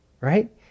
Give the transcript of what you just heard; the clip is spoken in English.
right